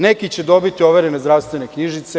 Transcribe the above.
Neki će dobiti overene zdravstvene knjižice.